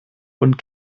und